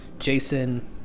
Jason